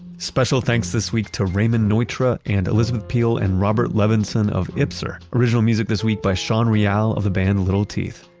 special thanks this week to raymond neutra, and elizabeth peele and robert levenson of ipsr. original music this week by sean real of the band, little teeth.